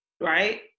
right